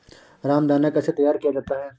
रामदाना कैसे तैयार किया जाता है?